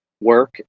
work